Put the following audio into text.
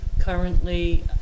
currently